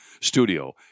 studio